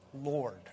Lord